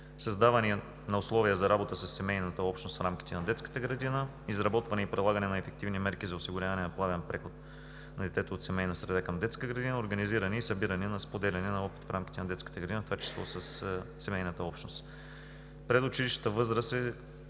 създаване на условия за работа със семейната общност в рамките на детската градина; изработване и прилагане на ефективни мерки за осигуряване на плавен преход на детето от семейна среда към детска градина; организиране и събиране на споделяне на опит в рамките на детската градина, в това число със семейната общност. Предучилищната възраст